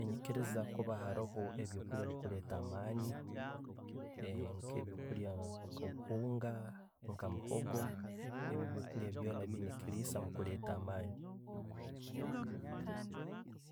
Nyikiriza kuba aroho ebyo'kulya ebikuleeta amaani nke ebyokulya nka obuhunga, nka emihoogo. Ebyo byokulya byoona biyiina ekilllisa omukuleeta amaani.